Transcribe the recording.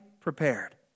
prepared